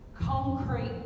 concrete